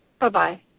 Bye-bye